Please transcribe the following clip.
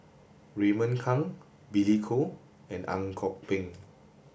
Raymond Kang Billy Koh and Ang Kok Peng